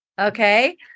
Okay